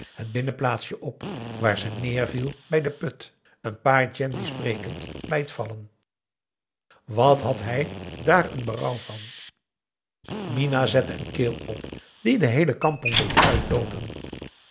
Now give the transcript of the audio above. het binnenplaatsje op waar ze neerviel bij den put een paar gendies brekend bij het vallen wat had hij daar een berouw van minah zette een keel op die de heele kampong deed uitloopen